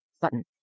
button